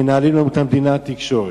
מנהלים את המדינה, התקשורת.